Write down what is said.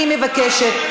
אני מבקשת.